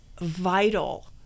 vital